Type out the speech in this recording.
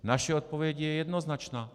Naše odpověď je jednoznačná.